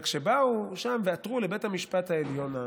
כשבאו לשם ועתרו לבית המשפט העליון,